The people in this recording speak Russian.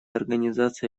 организации